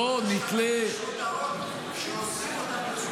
בואו נתלה ----- יש מודעות שעושים אותן בצורה